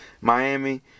Miami